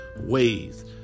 ways